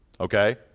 okay